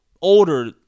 older